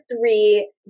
three